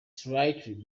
slightly